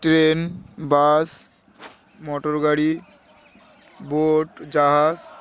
train bus মোটরগাড়ি boat জাহাজ